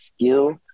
skill